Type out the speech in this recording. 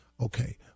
Okay